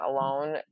alone